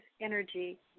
energy